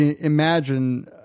imagine